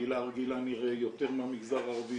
בקהילה הרגילה נראה יותר מהמגזר הערבי,